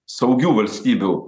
saugių valstybių